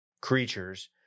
creatures